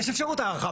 יש אפשרות הארכה.